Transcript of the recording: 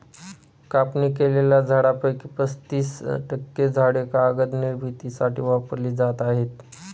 कापणी केलेल्या झाडांपैकी पस्तीस टक्के झाडे कागद निर्मितीसाठी वापरली जात आहेत